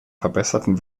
verbesserten